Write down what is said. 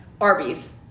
Arby's